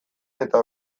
eta